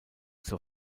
zur